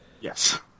Yes